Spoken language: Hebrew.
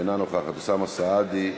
אינה נוכחת, אוסאמה סעדי,